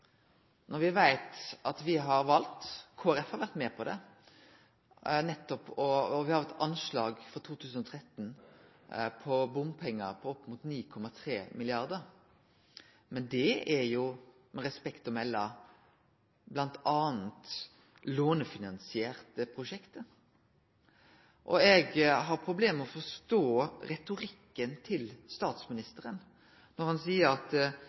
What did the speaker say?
når det gjeld bompengar, på opp mot 9,3 mrd. kr, men det er jo, med respekt å melde, bl.a. lånefinansierte prosjekt. Eg har problem med å forstå retorikken til statsministeren når han seier at